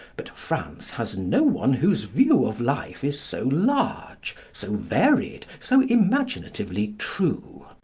but france has no one whose view of life is so large, so varied, so imaginatively true.